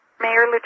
Mayor